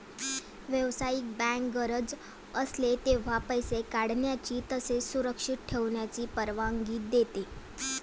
व्यावसायिक बँक गरज असेल तेव्हा पैसे काढण्याची तसेच सुरक्षित ठेवण्याची परवानगी देते